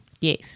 Yes